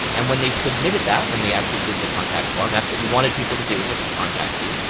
and when they submitted that, when they actually did the contact form, that's what you wanted people to do, was to contact you,